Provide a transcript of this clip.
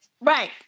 Right